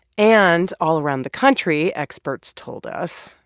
and all around the country, experts told us,